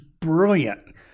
brilliant